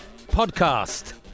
podcast